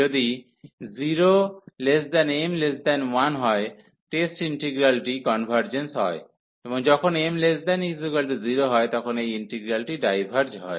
যদি this 0m1 হয় test ইন্টিগ্রালটি কনভার্জেন্স হয় এবং যখন m≤0 হয় তখন এই ইন্টিগ্রালটি ডাইভার্জ হয়